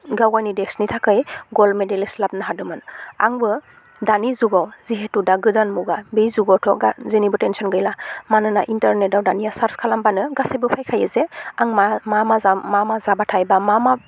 गावनो देशनि थाखाय गल्द मेदेल लाबोनो हादोंमोन आंबो दानि जुगाव जिहेथु दा गोदान मुगा बे जुगावथ' जेनिबो तेनसन गैला मानोना इन्टारनेटआव दानिया सार्च खालामबानो गासिब्बो फैखायो जे आं मा मा मा जाबा मा मा जायोबाथाय मा मा